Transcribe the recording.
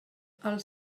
els